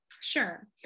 Sure